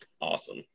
awesome